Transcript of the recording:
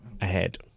ahead